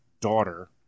daughter